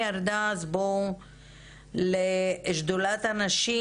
אז נעבור למנכ"לית שדולת הנשים,